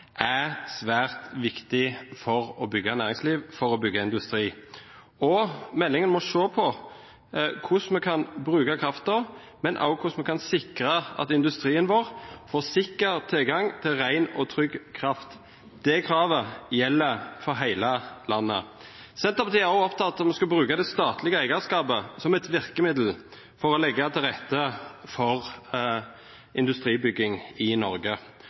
er svært viktig for å bygge næringsliv, for å bygge industri. Meldingen må se på hvordan vi kan bruke kraften, men også hvordan vi kan sikre at industrien vår får sikker tilgang til ren og trygg kraft. Det kravet gjelder for hele landet. Senterpartiet er også opptatt av at vi skal bruke det statlige eierskapet som et virkemiddel for å legge til rette for industribygging i Norge.